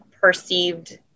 perceived